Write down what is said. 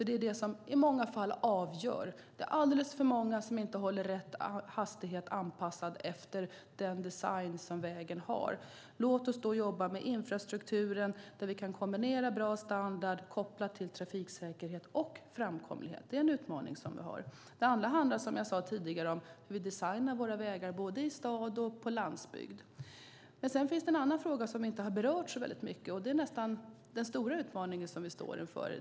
Det är de som i många fall avgör. Det är alldeles för många som inte håller en hastighet som är anpassad efter vägens design. Låt oss jobba med infrastrukturen där vi kan kombinera bra standard med trafiksäkerhet och framkomlighet. Det är en utmaning som vi har. Dessutom handlar det, som jag sade tidigare, om hur vi designar våra vägar både i stad och på landsbygd. Det finns en annan fråga som vi inte har berört så mycket. Det är den stora utmaningen som vi står inför.